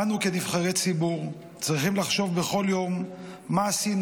אנו כנבחרי ציבור צריכים לחשוב בכל יום מה עשינו